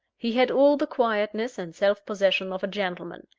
he had all the quietness and self-possession of a gentleman.